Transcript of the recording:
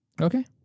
Okay